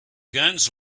guns